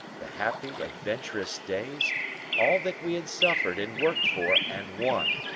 the happy, adventurous days all that we had suffered and worked for and won.